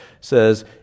says